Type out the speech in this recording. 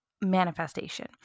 manifestation